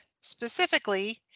specifically